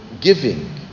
giving